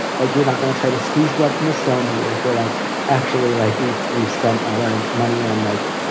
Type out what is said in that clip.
like you're not going to try to squeeze blood from a stone here. if they're like actually, like we've we've spent all our money and like,